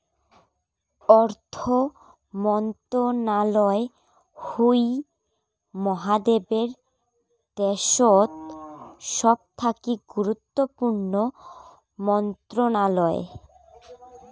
অর্থ মন্ত্রণালয় হউ হামাদের দ্যাশোত সবথাকি গুরুত্বপূর্ণ মন্ত্রণালয়